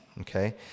okay